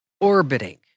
Orbiting